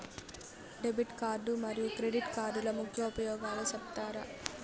Debit card మరియు credit కార్డుల ముఖ్య ఉపయోగాలు సెప్తారా?